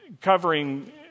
covering